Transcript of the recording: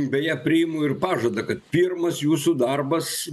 beje priimu ir pažadą kad pirmas jūsų darbas